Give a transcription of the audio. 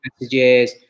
messages